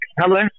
Hello